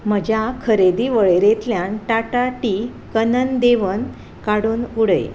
म्हज्या खरेदी वळेरेंतल्यान टाटा टी कनन देवन काडून उडय